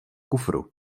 kufru